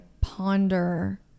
ponder